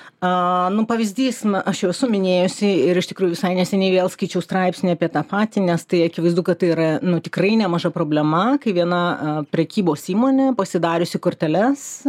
a nu pavyzdys na aš jau esu minėjusi ir iš tikrųjų visai neseniai vėl skaičiau straipsnį apie tą patį nes tai akivaizdu kad tai yra nu tikrai nemaža problema kai viena a prekybos įmonė pasidariusi korteles